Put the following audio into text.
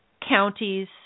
counties